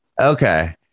okay